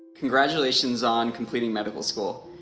congratulations on completing medical school.